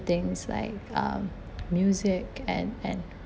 things like um music and and